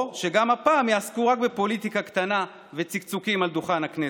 או שגם הפעם יעסקו רק בפוליטיקה קטנה וצקצוקים על דוכן הכנסת.